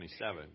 27